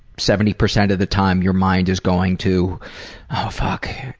seventy percent of the time, your mind is going to oh fuck,